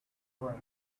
room